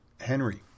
Henry